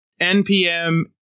NPM